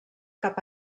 cap